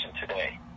today